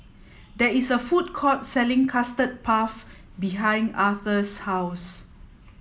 there is a food court selling custard puff behind Arther's house